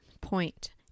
point